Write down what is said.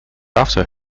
after